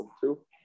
Two